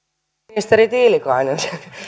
ministeri tiilikainen